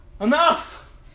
Enough